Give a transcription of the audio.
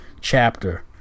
chapter